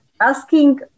asking